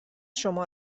شما